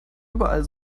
überall